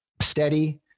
steady